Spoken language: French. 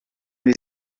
les